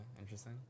interesting